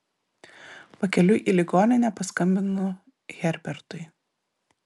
pakeliui į ligoninę paskambinu herbertui